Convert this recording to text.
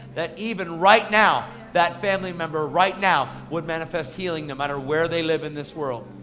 that even right now, that family member right now would manifest healing no matter where they live in this world.